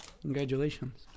Congratulations